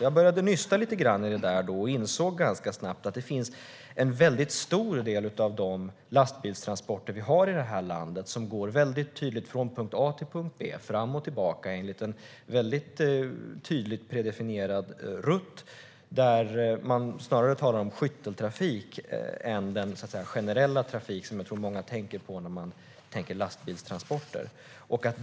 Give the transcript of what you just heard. Jag började då nysta lite grann i det där och insåg ganska snabbt att en väldigt stor del av de lastbilstransporter vi har i det här landet går från punkt A till punkt B, fram och tillbaka, enligt en tydligt predefinierad rutt. Man talar då snarare om skytteltrafik än den generella trafik som jag tror att många tänker på när man tänker lastbilstransporter.